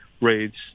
rates